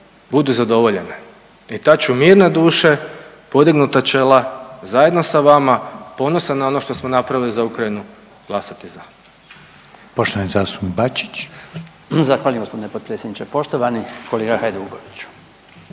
budu zadovoljene. I tad ću mirne duše, podignuta čela zajedno sa vama ponosan na ono što smo napravili za Ukrajinu glasati za.